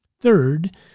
Third